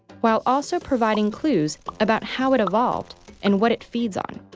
while also providing clues about how it evolved and what it feeds on.